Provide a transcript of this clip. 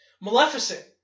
Maleficent